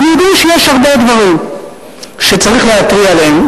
אנחנו יודעים שיש הרבה דברים שצריך להתריע עליהם,